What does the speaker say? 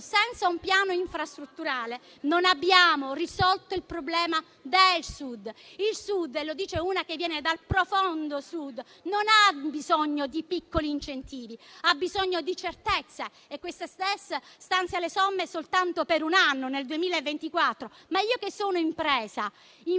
senza un piano infrastrutturale non abbiamo risolto il problema del Sud. Il Sud - e lo dice una che viene dal profondo Sud - non ha bisogno di piccoli incentivi, ma di certezze e questa ZES stanzia somme soltanto per un anno, il 2024. Ma un'impresa investe